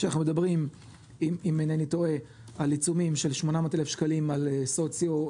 כשאנחנו מדברים אם אינני טועה על עיצומים של 800,000 שקלים ואיתי,